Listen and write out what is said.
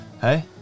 Hey